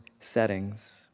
settings